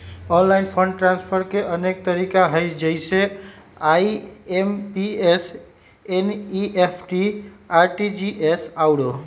online fund transfer के अनेक तरिका हइ जइसे आइ.एम.पी.एस, एन.ई.एफ.टी, आर.टी.जी.एस आउरो